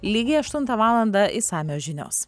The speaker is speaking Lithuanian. lygiai aštuntą valandą išsamios žinios